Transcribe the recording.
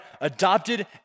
adopted